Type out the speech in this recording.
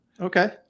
Okay